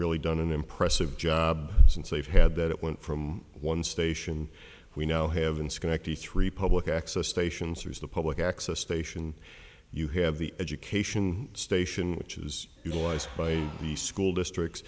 really done an impressive job since they've had that it went from one station we now have in schenectady three public access stations or is the public access station you have the education station which is utilized by the school districts